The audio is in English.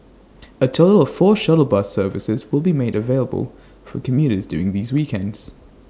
A total of four shuttle bus services will be made available for commuters during these weekends